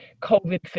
COVID